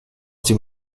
dem